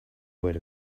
word